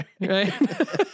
Right